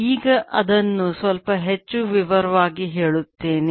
ಈಗ ಅದನ್ನು ಸ್ವಲ್ಪ ಹೆಚ್ಚು ವಿಸ್ತಾರವಾಗಿ ಹೇಳುತ್ತೇನೆ